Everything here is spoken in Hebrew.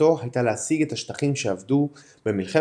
ושאיפתו הייתה להשיג את השטחים שאבדו במלחמת